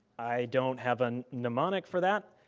i don't have and mnemonic for that.